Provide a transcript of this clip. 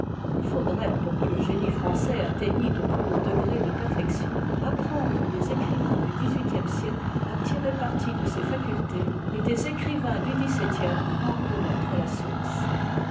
i faudrait pour que le génie français atteignît au plus haut degré de perfection apprendre des écrivains du dix-huitième siècle à tirer parti de ses facultés et des écrivains du dix-septième à en connaître la source